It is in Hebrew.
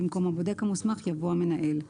במקום "הבודק המוסמך" יבוא "המנהל".